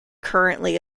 currently